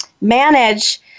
manage